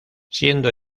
siendo